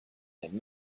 and